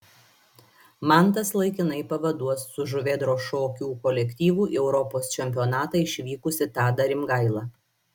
mantas laikinai pavaduos su žuvėdros šokių kolektyvu į europos čempionatą išvykusi tadą rimgailą